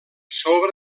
sobre